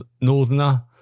northerner